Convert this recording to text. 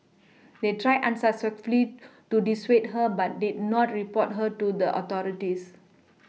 they tried unsuccessfully to dissuade her but did not report her to the authorities